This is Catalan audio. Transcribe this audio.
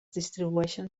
distribueixen